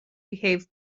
behave